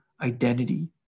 identity